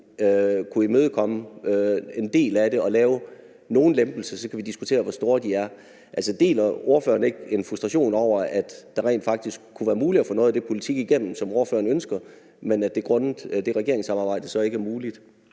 fald imødekomme en del af det og lave nogle lempelser – så kan vi diskutere, hvor store de skal være. Altså, deler ordføreren ikke en frustration over, at det rent faktisk kunne være muligt at få noget af det politik igennem, som ordføreren ønsker, men at det grundet det regeringssamarbejde så ikke er muligt?